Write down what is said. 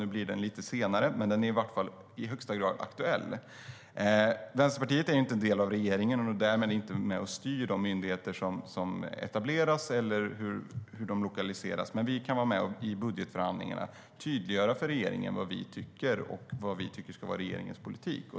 Nu blir den av lite senare, men den är i varje fall i högsta grad aktuell. Vänsterpartiet är inte en del av regeringen och är därmed inte med och styr de myndigheter som etableras eller hur de lokaliseras. Men vi kan vara med i budgetförhandlingarna och tydliggöra för regeringen vad vi tycker och vad vi tycker ska vara regeringens politik.